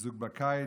מיזוג בקיץ,